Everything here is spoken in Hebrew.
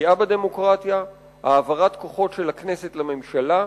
פגיעה בדמוקרטיה, העברת כוחות של הכנסת לממשלה.